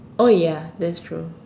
oh ya that is true